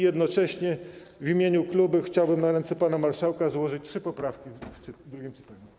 Jednocześnie w imieniu klubu chciałbym na ręce pana marszałka złożyć trzy poprawki w drugim czytaniu.